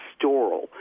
pastoral